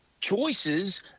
choices